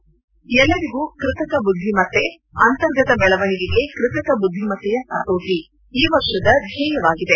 ಎಲ್ಲರಿಗೂ ಕೃತಕ ಬುದ್ದಿಮತ್ತೆ ಅಂತರ್ಗತ ಬೆಳವಣಿಗೆಗೆ ಕೃತಕ ಬುದ್ದಿಮತ್ತೆಯ ಹತೋಟ ಈ ವರ್ಷದ ಧ್ಯೇಯವಾಗಿದೆ